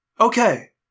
Okay